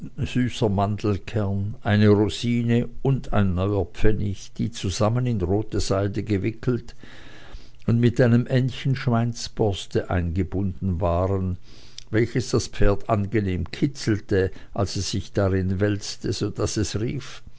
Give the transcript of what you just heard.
süßer mandelkern eine rosine und ein neuer pfennig die zusammen in rote seide gewickelt und mit einem endchen schweinsborste eingebunden waren welches das pferd angenehm kitzelte als es sich darin wälzte so daß es rief